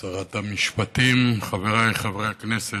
שרת המשפטים, חבריי חברי הכנסת,